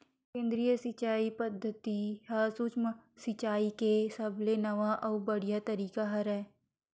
केदरीय सिचई पद्यति ह सुक्ष्म सिचाई के सबले नवा अउ बड़िहा तरीका हरय